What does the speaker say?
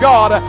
God